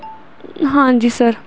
ਹਾਂਜੀ ਸਰ